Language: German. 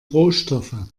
rohstoffe